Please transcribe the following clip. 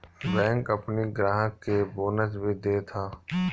bank अपनी ग्राहक के बोनस भी देत हअ